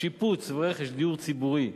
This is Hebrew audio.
שיפוץ ורכש דיור ציבורי,